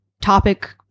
topic